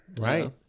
Right